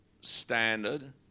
standard